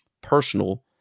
personal